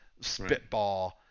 Spitball